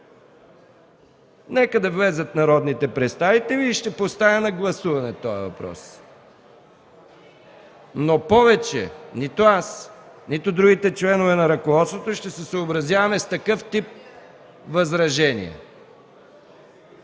Нека да влязат народните представители и ще поставя на гласуване този закон. Повече обаче нито аз, нито другите членове на ръководството ще се съобразяваме с такъв тип възражения.